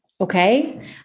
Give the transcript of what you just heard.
Okay